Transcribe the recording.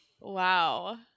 wow